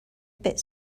bit